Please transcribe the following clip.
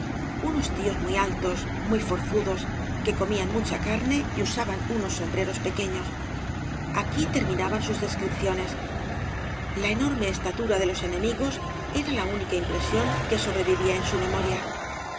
unos tíos muy altos muy forzudos que comían mucha carne y usaban unos eombieros pequeños aquí terminaban sus descripciones la enorme estatura de los enemigos era la úoica impresión que sobrevivía en bu memoria